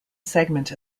segment